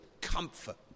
comfort